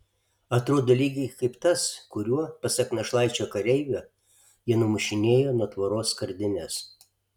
atrodo lygiai kaip tas kuriuo pasak našlaičio kareivio jie numušinėjo nuo tvoros skardines